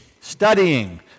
studying